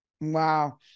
Wow